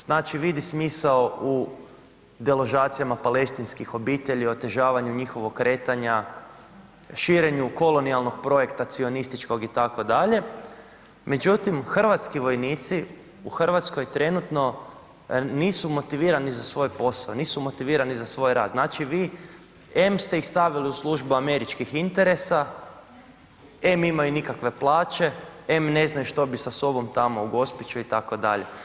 Znači vidi smisao u deložacijama palestinskih obitelji, otežavanju njihovog kretanja, širenju kolonijalnog projekta cionističkog itd., međutim hrvatski vojnici u Hrvatskoj trenutno nisu motivirani za svoj posao, nisu motivirani za svoj rad, znači vi em ste ih stavili u službu američkih interesa, em imaju nikakve plaće, em ne znaju što bi sa sobom tamo u Gospiću itd.